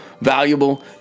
valuable